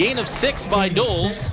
i mean of six by doles,